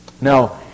Now